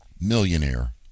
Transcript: millionaire